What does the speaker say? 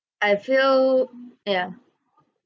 I feel yeah